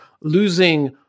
losing